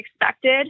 expected